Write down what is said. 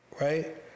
Right